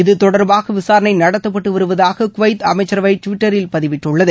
இது தொடர்பாக விசாரணை நடத்தப்பட்டு வருவதாக குவைத் அமைச்சரவை டுவிட்டரில் பதிவிட்டுள்ளது